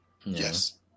Yes